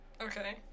Okay